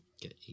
get